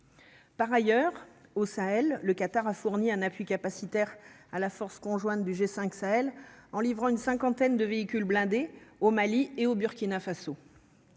Par ailleurs, au Sahel, le Qatar a fourni un appui capacitaire, à la force conjointe du G5 Sahel en livrant une cinquantaine de véhicules blindés au Mali et au Burkina Faso,